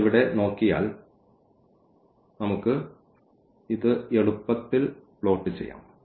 അതിനാൽ ഇവിടെ നോക്കിയാൽ നമുക്ക് ഇത് എളുപ്പത്തിൽ പ്ലോട്ട് ചെയ്യാം